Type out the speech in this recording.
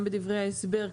גם בדברי ההסדר,